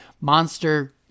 monster